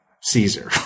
Caesar